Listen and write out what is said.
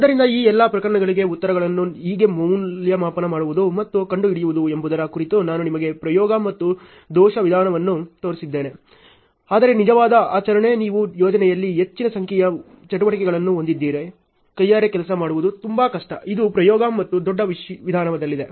ಆದ್ದರಿಂದ ಈ ಎಲ್ಲಾ ಪ್ರಕರಣಗಳಿಗೆ ಉತ್ತರಗಳನ್ನು ಹೇಗೆ ಮೌಲ್ಯಮಾಪನ ಮಾಡುವುದು ಮತ್ತು ಕಂಡುಹಿಡಿಯುವುದು ಎಂಬುದರ ಕುರಿತು ನಾನು ನಿಮಗೆ ಪ್ರಯೋಗ ಮತ್ತು ದೋಷ ವಿಧಾನವನ್ನು ತೋರಿಸಿದ್ದೇನೆ ಆದರೆ ನಿಜವಾದ ಆಚರಣೆಯಲ್ಲಿ ನೀವು ಯೋಜನೆಯಲ್ಲಿ ಹೆಚ್ಚಿನ ಸಂಖ್ಯೆಯ ಚಟುವಟಿಕೆಗಳನ್ನು ಹೊಂದಿದ್ದರೆ ಕೈಯಾರೆ ಕೆಲಸ ಮಾಡುವುದು ತುಂಬಾ ಕಷ್ಟ ಇದು ಪ್ರಯೋಗ ಮತ್ತು ದೋಷ ವಿಧಾನದಲ್ಲಿದೆ